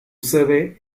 sede